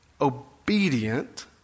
obedient